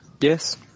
Yes